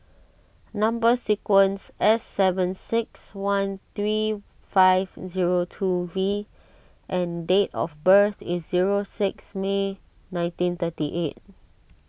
Number Sequence S seven six one three five zero two V and date of birth is zero six May nineteen thirty eight